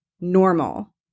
normal